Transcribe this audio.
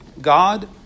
God